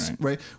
right